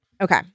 Okay